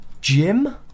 Jim